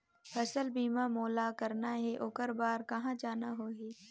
फसल बीमा मोला करना हे ओकर बार कहा जाना होही?